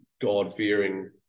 God-fearing